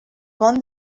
won